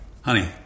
Honey